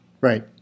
Right